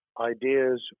ideas